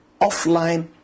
offline